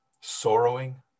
sorrowing